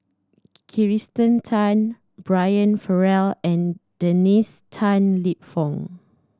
Kirsten Tan Brian Farrell and Dennis Tan Lip Fong